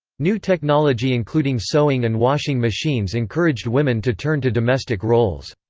new technology including sewing and washing machines encouraged women to turn to domestic roles.